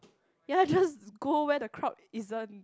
ya just go where the crowd isn't